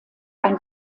ein